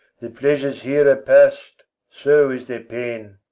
their pleasures here are past, so is their pain.